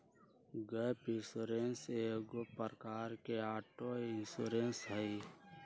gap insurance एगो प्रकार के ऑटो इंश्योरेंस हइ